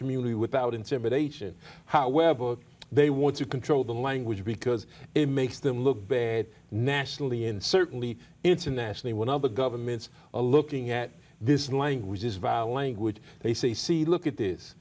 community without intimidation however they want to control the language because it makes them look bad nationally and certainly internationally when other governments looking at this language this vile language they say see look at this